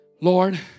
Lord